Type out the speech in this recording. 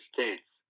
States